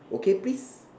okay please